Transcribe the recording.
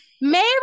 Mary